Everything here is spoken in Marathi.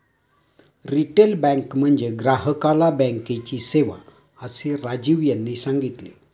रिटेल बँक म्हणजे ग्राहकाला बँकेची सेवा, असे राजीव यांनी सांगितले